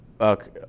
Okay